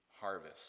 harvest